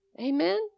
Amen